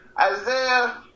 Isaiah